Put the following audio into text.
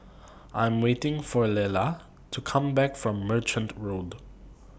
I Am waiting For Lelah to Come Back from Merchant Road